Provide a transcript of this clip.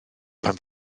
pan